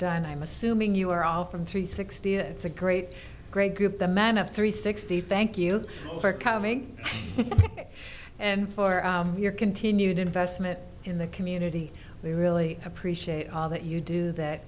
done i'm assuming you are all from three sixty that's a great great group the man of three sixty thank you for coming and for your continued investment in the community we really appreciate all that you do that